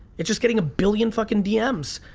it's just getting a billion fucking dms,